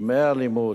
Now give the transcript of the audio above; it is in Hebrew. ימי הלימוד,